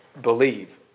believe